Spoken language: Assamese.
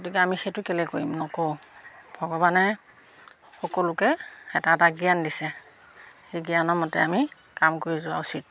গতিকে আমি সেইটো কেলৈ কৰিম নকৰোঁ ভগৱানে সকলোকে এটা এটা জ্ঞান দিছে সেই জ্ঞানৰ মতে আমি কাম কৰি যোৱা উচিত